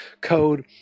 code